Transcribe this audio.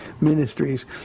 ministries